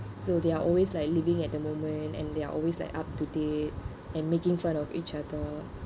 so they're always like living at the moment and they're always like up to date and making fun of each other